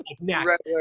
next